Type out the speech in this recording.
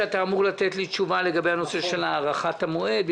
שאתה אמור לתת לי תשובה לגבי הנושא של הארכת המועד,